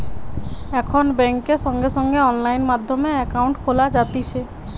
এখন বেংকে সঙ্গে সঙ্গে অনলাইন মাধ্যমে একাউন্ট খোলা যাতিছে